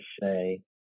say